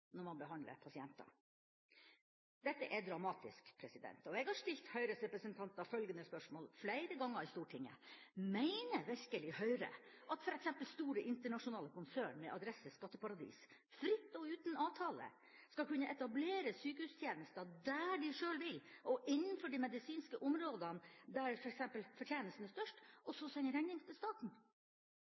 når man behandler pasienter. Dette er dramatisk, og jeg har stilt Høyres representanter følgende spørsmål flere ganger i Stortinget: Mener virkelig Høyre at f.eks. store, internasjonale konsern med adresse i skatteparadis, fritt og uten avtale, skal kunne etablere sykehustjenester der de sjøl vil, og innenfor de medisinske områdene der f.eks. fortjenesten er størst, og så sende regninga til staten?